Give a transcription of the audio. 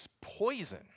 poison